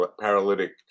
paralytic